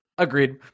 Agreed